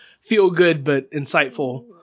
feel-good-but-insightful